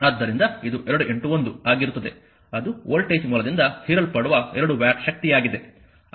ಆದ್ದರಿಂದ ಇದು 2 1 ಆಗಿರುತ್ತದೆ ಅದು ವೋಲ್ಟೇಜ್ ಮೂಲದಿಂದ ಹೀರಲ್ಪಡುವ 2 ವ್ಯಾಟ್ ಶಕ್ತಿಯಾಗಿದೆ